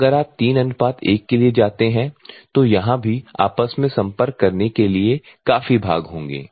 अगर आप 3 1 के लिए जाते हैं तो यहां भी आपस में संपर्क करने के लिए काफी भाग होंगे